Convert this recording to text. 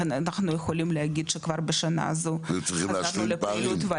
אנחנו יכולים להגיד שכבר בשנה הזו עברנו לפעילות.